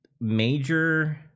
major